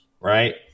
right